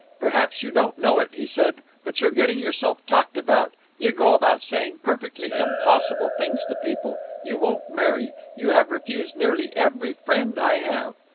perhaps you don't know it, he said, but you're getting yourself talked about. you go about saying perfectly impossible things to people. you won't marry. you have refused nearly every friend i have.